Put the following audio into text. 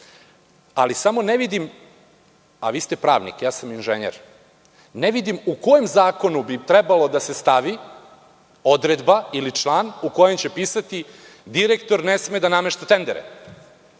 ali samo ne vidim, a vi ste pravnik, a ja sam inženjer, u kom zakonu bi trebalo da se stavi odredba ili član u kojem će pisati – direktor ne sme da namešta tendere,